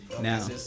Now